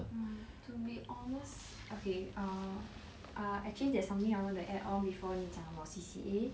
mm to be honest okay err ah actually there's something I want to add on before you 你讲 about the C_C_A